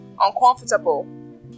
uncomfortable